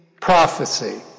Prophecy